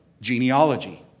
genealogy